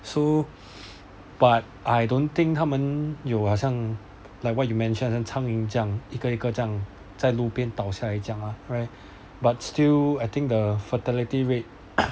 so but I don't think 他们有好像 like what you mentioned 好像苍蝇这样一个一个这样在路边倒下来这样 but still think the fertility rate